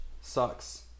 sucks